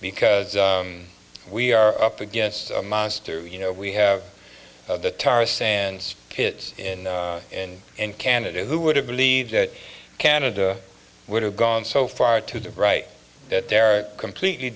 because we are up against a monster you know we have the tar sands kids in in in canada who would have believed that canada would have gone so far to the right that they're completely